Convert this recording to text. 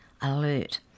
alert